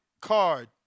card